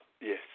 yes